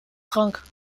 trank